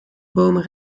bomen